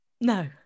no